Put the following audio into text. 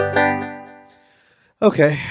okay